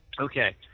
Okay